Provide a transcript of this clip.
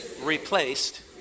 replaced